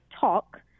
talk